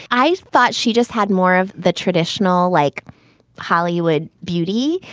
i thought she just had more of the traditional like hollywood beauty.